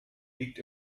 liegt